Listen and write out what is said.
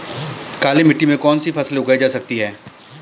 काली मिट्टी में कौनसी फसलें उगाई जा सकती हैं?